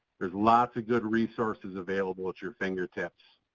there's lots of good resources available at your fingertips.